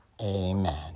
amen